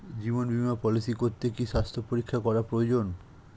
জীবন বীমা পলিসি করতে কি স্বাস্থ্য পরীক্ষা করা প্রয়োজন?